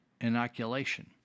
inoculation